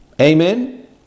Amen